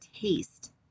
taste